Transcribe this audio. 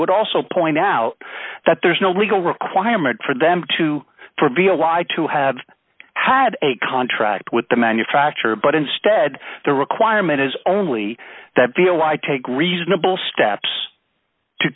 would also point out that there's no legal requirement for them to for v y to have had a contract with the manufacturer but instead the requirement is only that below i take reasonable steps to